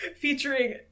Featuring